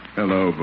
hello